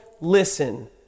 listen